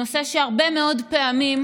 נושא שהרבה מאוד פעמים,